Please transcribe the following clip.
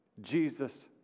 Jesus